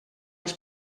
els